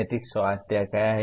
नैतिक स्वायत्तता क्या है